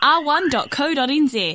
r1.co.nz